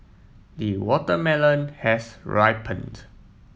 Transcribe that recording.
the watermelon has ripened